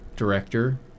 director